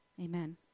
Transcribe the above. Amen